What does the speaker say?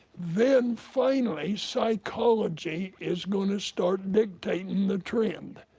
then finally psychology is going to start dictating the trend,